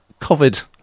covid